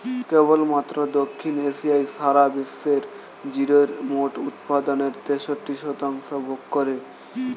কেবলমাত্র দক্ষিণ এশিয়াই সারা বিশ্বের জিরের মোট উৎপাদনের তেষট্টি শতাংশ ভোগ করে